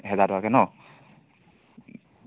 এহাজাৰ টকাকৈ ন